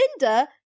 Linda